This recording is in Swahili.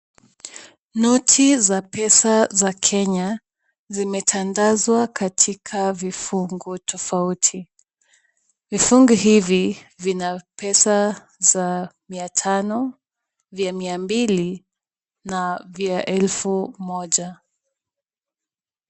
Noti za pesa za Kenya, zimetandazwa katika vifungo tofauti. Vifungi hivi vina pesa za mia tano, vya mia mbili na vya elfu moja.